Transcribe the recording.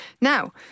Now